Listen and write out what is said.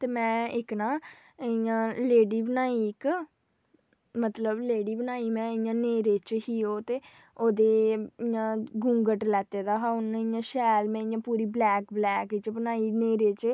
ते में इक ना इ'यां लेडी बनाई इक मतलब लेडी बनाई में इ'यां न्हेरे च ही ओह् ते ओह्दे इ'यां घूंघट लैत्ते दा हा उ'न्न इ'यां शैल में इ'यां पूरी ब्लैक ब्लैक च बनाई न्हेरे च